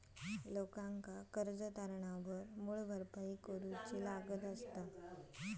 लोकांका कर्ज तारणावर मूळ भरपाई करूची लागता